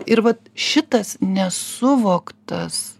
ir vat šitas nesuvoktas